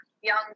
young